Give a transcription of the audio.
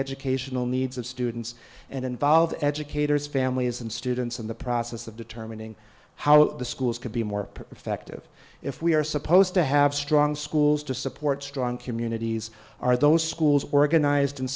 educational needs of students and involved educators families and students in the process of determining how the schools can be more effective if we are supposed to have strong schools to support strong communities are those schools organized and